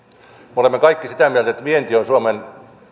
me olemme kaikki sitä mieltä että vienti on suomen